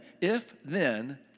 if-then